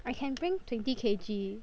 I can bring twenty K_G